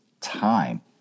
time